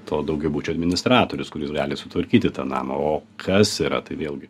to daugiabučio administratorius kuris gali sutvarkyti tą namą o kas yra tai vėlgi